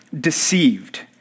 deceived